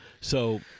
so-